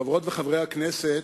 חברות וחברי הכנסת,